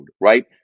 right